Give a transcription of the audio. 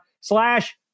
slash